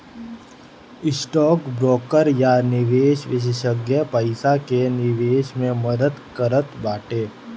stock broker या निवेश विषेशज्ञ पईसा के निवेश मे मदद करत बाटे